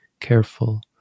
careful